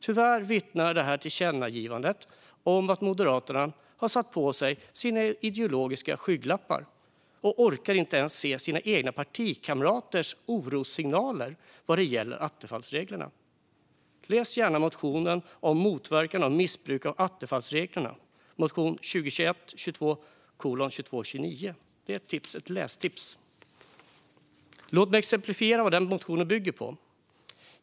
Tyvärr vittnar tillkännagivandet om att Moderaterna har satt på sig sina ideologiska skygglappar och inte ens orkar se sina egna partikamraters orossignaler vad gäller attefallsreglerna. Läs gärna motionen Motverkande av missbruk av attefallsreglerna , motion 2021/22:2229! Låt mig ge ett exempel på sådant som motionen bygger på.